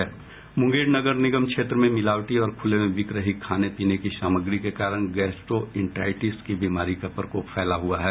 मुंगेर नगर निगम क्षेत्र में मिलावटी और खुले में बिक रही खाने पीने की सामग्री के कारण गैस्ट्रोइंटाइटिस की बीमारी का प्रकोप फैला हुआ है